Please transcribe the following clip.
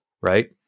right